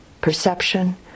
perception